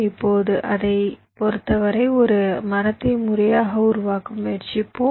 இப்போது அதைப் பொறுத்தவரை ஒரு மரத்தை முறையாக உருவாக்க முயற்சிப்போம்